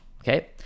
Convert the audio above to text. okay